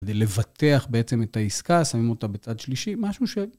לבטח בעצם את העסקה, שמים אותה בצד שלישי, משהו של...